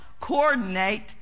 coordinate